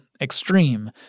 extreme